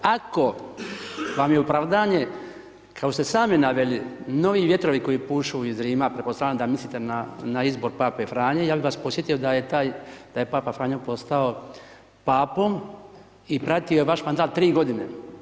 Ako vam je opravdanje, kao što ste sami naveli, novi vjetrovi koji pušu iz Rima, pretpostavljam da mislite na izbor pape Franje, ja bih vas podsjetio da je taj, da je papa Franjo postao papom i pratio vaš mandat tri godine.